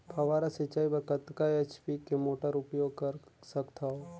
फव्वारा सिंचाई बर कतका एच.पी के मोटर उपयोग कर सकथव?